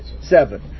seven